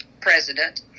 president